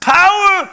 power